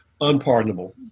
unpardonable